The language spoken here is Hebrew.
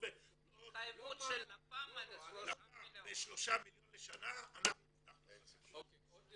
התחייבות של לפ"מ בשלושה מיליון לשנה, אנחנו נפתח